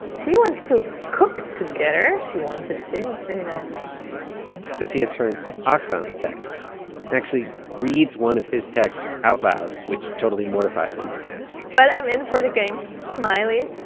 she wants to so cook together. she wanted to. that's very nice sophia turns to ah aktham's texts and actually reads one of his texts out loud, which totally mortifies him but i'm in for the game. smiley.